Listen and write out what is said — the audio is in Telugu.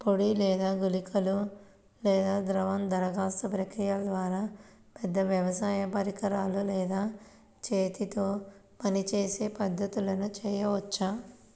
పొడి లేదా గుళికల లేదా ద్రవ దరఖాస్తు ప్రక్రియల ద్వారా, పెద్ద వ్యవసాయ పరికరాలు లేదా చేతితో పనిచేసే పద్ధతులను చేయవచ్చా?